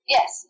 Yes